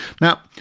Now